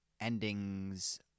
endings